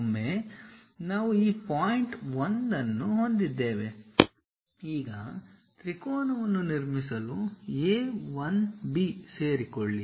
ಒಮ್ಮೆ ನಾವು ಈ ಪಾಯಿಂಟ್ 1 ಅನ್ನು ಹೊಂದಿದ್ದೇವೆ ಈಗ ತ್ರಿಕೋನವನ್ನು ನಿರ್ಮಿಸಲು A 1 B ಸೇರಿಕೊಳ್ಳಿ